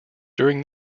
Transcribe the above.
during